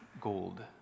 gold